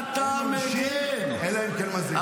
אין עונשין אלא אם כן מזהירין.